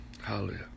hallelujah